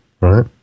right